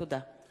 תודה.